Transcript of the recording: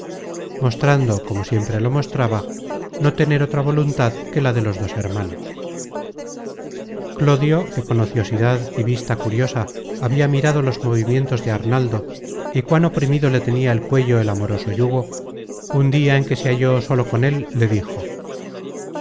mostrando como siempre lo mostraba no tener otra voluntad que la de los dos hermanos clodio que con ociosidad y vista curiosa habia mirado los movimientos de arnaldo y cuán oprimido le tenia el cuello el amoroso yugo un dia en que se halló solo con él le dijo